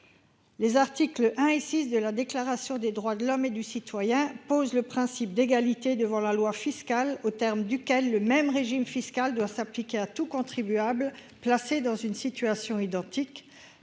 Les articles I et VI de la Déclaration des droits de l'homme et du citoyen posent le principe d'égalité devant la loi fiscale, en vertu duquel le même régime fiscal doit s'appliquer à tout contribuable placé dans une situation identique.